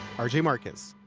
are. the markets.